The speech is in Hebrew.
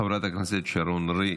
חברת הכנסת שרון ניר,